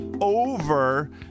over